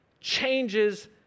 changes